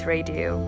Radio